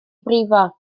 brifo